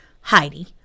Heidi